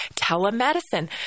Telemedicine